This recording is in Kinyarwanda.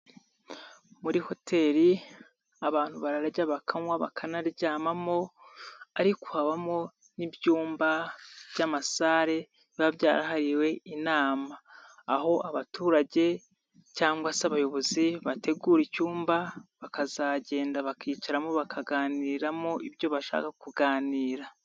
Muri Hoteli abantu bararya bakanywa bakanaryamamo, ariko habamo n'ibyumba by'amasale biba byarahariwe inama, aho abaturage cyangwa se abayobozi bategura icyumba bakazagenda bakicaramo bakaganiriramo ibyo bashaka kuganira.